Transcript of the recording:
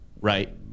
right